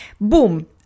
boom